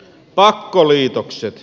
pakkoliitokset